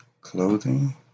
Clothing